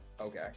okay